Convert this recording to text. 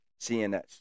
CNS